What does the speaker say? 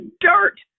dirt